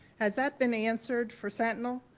has that been answered for sentinel?